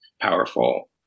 powerful